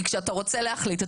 כי כשאתה רוצה להחליט,